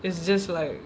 it's just like